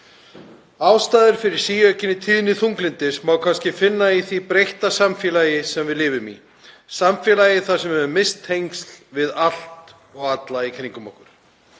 Ástæður fyrir síaukinni tíðni þunglyndis má kannski finna í því breytta samfélagi sem við lifum í, samfélagi þar sem við höfum misst tengsl við allt og alla í kringum okkur.